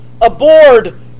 aboard